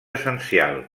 essencial